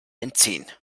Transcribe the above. entziehen